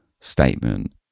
statement